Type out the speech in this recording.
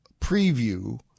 preview